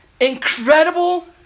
Incredible